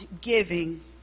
giving